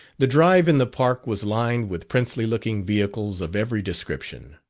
the drive in the park was lined with princely-looking vehicles of every description.